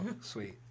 sweet